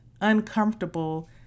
uncomfortable